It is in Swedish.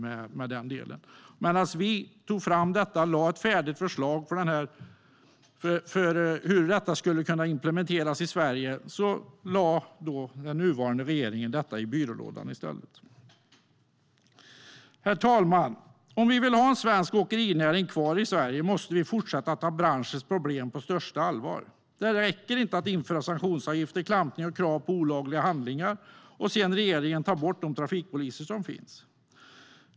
Vi tog fram detta och lade fram ett färdigt förslag om hur det skulle kunna implementeras i Sverige, men den nuvarande regeringen lade det i byrålådan. Herr talman! Om vi vill ha kvar en svensk åkerinäring i Sverige måste vi fortsätta att ta branschens problem på största allvar. Det räcker inte att införa sanktionsavgifter, klampning och krav på lagliga handlingar om regeringen sedan tar bort de trafikpoliser som finns.